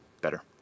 better